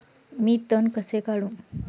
मी तण कसे काढू?